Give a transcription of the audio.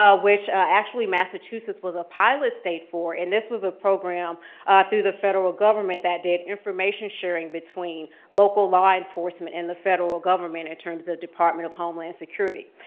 ah which actually massachusetts was a pilot state for, and this was a program through the federal government that did information sharing between local law enforcement and the federal government in terms of department of homeland security.